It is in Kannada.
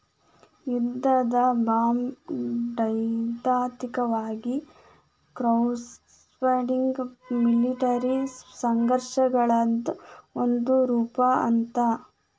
ಯುದ್ಧದ ಬಾಂಡ್ಸೈದ್ಧಾಂತಿಕವಾಗಿ ಕ್ರೌಡ್ಫಂಡಿಂಗ್ ಮಿಲಿಟರಿ ಸಂಘರ್ಷಗಳದ್ ಒಂದ ರೂಪಾ ಅದ